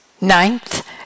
Ninth